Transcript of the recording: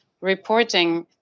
reporting